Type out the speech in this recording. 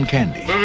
Candy